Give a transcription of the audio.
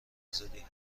آزادی